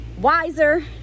wiser